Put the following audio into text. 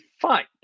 fight